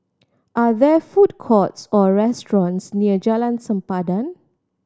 are there food courts or restaurants near Jalan Sempadan